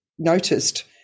noticed